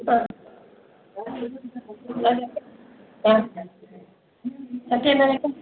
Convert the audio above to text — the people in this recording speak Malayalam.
ആ ആ ആ മറ്റേ ഇപ്പം